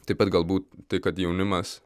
taip pat galbūt tai kad jaunimas